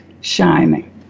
shining